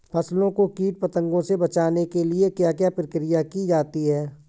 फसलों को कीट पतंगों से बचाने के लिए क्या क्या प्रकिर्या की जाती है?